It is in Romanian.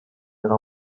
era